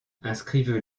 inscrivez